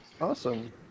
Awesome